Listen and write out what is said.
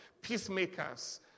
peacemakers